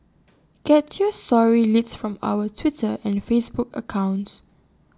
get your story leads from our Twitter and Facebook accounts